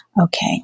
Okay